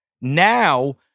now